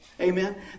Amen